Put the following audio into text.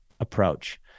approach